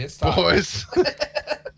boys